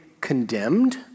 Condemned